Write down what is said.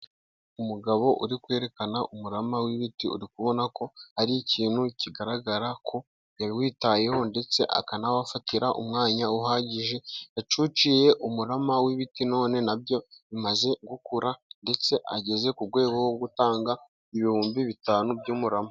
Umugabo uri kwerekana umurama w'ibiti uri kubona ko ari ikintu kigaragara ko yawitayeho ndetse akanabafatira umwanya uhagije yacuciye umurama w'ibiti none na byo bimaze gukura ndetse ageze ku rwego rwo gutanga ibihumbi bitanu by'umurama.